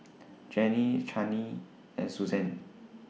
Jenny Channie and Susann